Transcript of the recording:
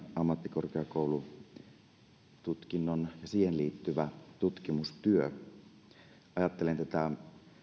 ammattikorkeakoulu ja siihen liittyvä tutkimustyö ajattelen tätä